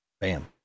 Bam